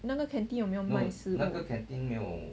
那个 canteen 有没有卖吃的